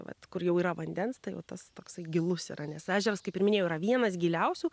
vat kur jau yra vandens tai jau tas toksai gilus yra nes ežeras kaip ir minėjau yra vienas giliausių